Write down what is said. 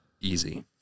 Easy